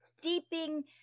deeping